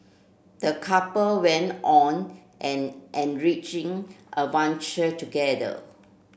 the couple went on an enriching adventure together